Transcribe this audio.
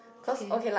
okay